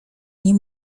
nie